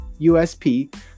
USP